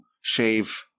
shave